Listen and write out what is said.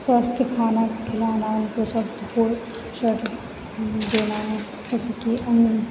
स्वस्थ खाना खिलाना उनके साथ देना जैसे कि अन्य